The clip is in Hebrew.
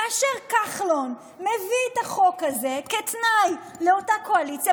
כאשר כחלון מביא את החוק הזה כתנאי לאותה קואליציה,